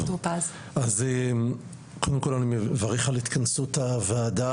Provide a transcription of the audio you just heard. אז קודם כל אני מברך על התכנסות הוועדה